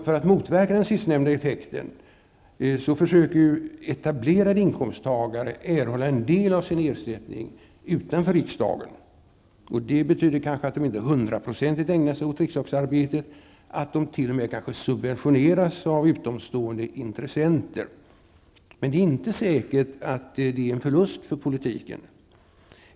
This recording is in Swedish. För att motverka den sistnämnda effekten försöker etablerade inkomsttagare erhålla en del av sin ersättning utanför riksdagen, och det betyder kanske att de inte hundraprocentigt ägnar sig åt riksdagsarbetet, att de t.o.m. kanske subventioneras av utomstående intressenter. Men det är inte säkert att detta är en förlust för politiken.